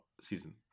season